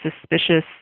suspicious